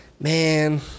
man